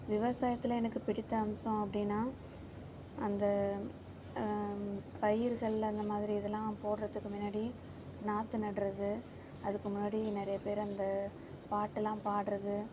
விவசாயத்தில் எனக்குப் பிடித்த அம்சம் அப்படினா அந்த பயிர்கள் அந்தமாதிரி இதெலாம் போடுறதுக்கு முன்னாடி நாற்று நடுறது அதுக்கு முன்னாடி நிறையப்பேர் அந்தப் பாட்டெல்லாம் பாடுறது